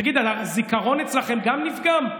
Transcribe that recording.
תגיד, גם הזיכרון אצלכם נפגם?